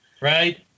right